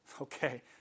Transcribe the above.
Okay